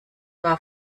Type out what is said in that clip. war